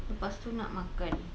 lepas tu nak makan